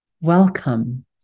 Welcome